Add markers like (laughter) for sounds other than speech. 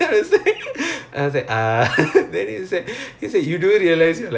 (laughs) ya